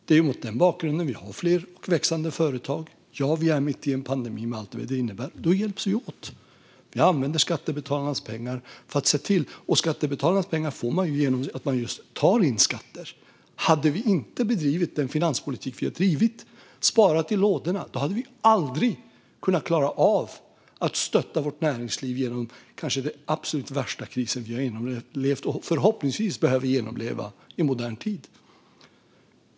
Det är mot den bakgrunden vi har fler och växande företag. Ja, vi är mitt i en pandemi, med allt vad det innebär. Då hjälps vi åt. Till det använder vi skattebetalarnas pengar, och dem får man just genom att ta in skatter. Hade vi inte bedrivit den finanspolitik vi har bedrivit, sparat i ladorna, hade vi aldrig kunnat klara av att stötta vårt näringsliv genom den kanske absolut värsta kris vi har genomlevt och förhoppningsvis behöver genomleva i modern tid.